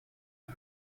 way